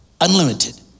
unlimited